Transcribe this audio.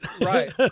right